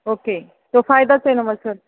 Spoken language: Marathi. ओके तो फायदाच आहे नं मग सर